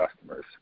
customers